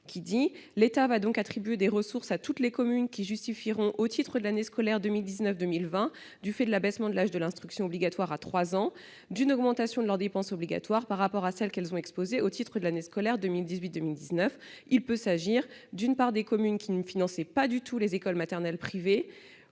2020, « l'État va donc attribuer des ressources à toutes les communes qui justifieront, au titre de l'année scolaire 2019-2020, du fait de l'abaissement de l'âge de l'instruction obligatoire à 3 ans, d'une augmentation de leurs dépenses obligatoires par rapport à celles qu'elles ont exposées au titre de l'année scolaire 2018-2019. Il peut s'agir, d'une part, des communes qui ne finançaient pas du tout les écoles maternelles privées,